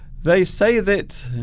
they say that